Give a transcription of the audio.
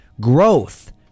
growth